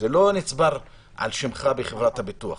זה לא נצבר על שמך בחברת הביטוח.